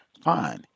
fine